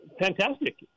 fantastic